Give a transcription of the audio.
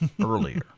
earlier